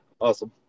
Awesome